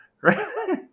right